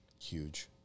Huge